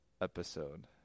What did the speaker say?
episode